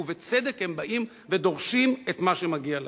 ובצדק הם באים ודורשים את מה שמגיע להם.